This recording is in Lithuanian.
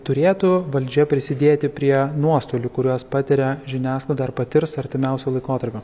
turėtų valdžia prisidėti prie nuostolių kuriuos patiria žiniasklaida ar patirs artimiausiu laikotarpiu